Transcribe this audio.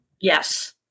yes